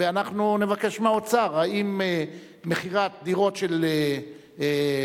ואנחנו נבקש מהאוצר: האם מכירת דירות של "פרזות",